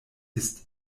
ist